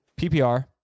PPR